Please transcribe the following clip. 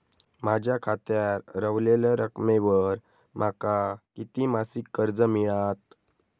माझ्या खात्यात रव्हलेल्या रकमेवर माका किती मासिक कर्ज मिळात?